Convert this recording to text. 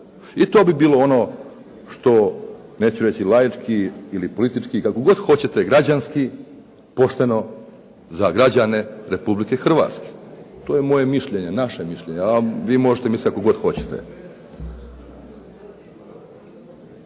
I to bi bilo ono neću reći laički ili politički kako hod hoćete, građanski pošteno za građane Republike Hrvatske. To je moje mišljenje, naše mišljenje. A vi možete misliti kako god hoćete.